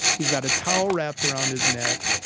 he's got a towel wrapped around his neck,